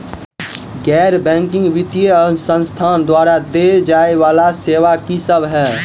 गैर बैंकिंग वित्तीय संस्थान द्वारा देय जाए वला सेवा की सब है?